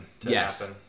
yes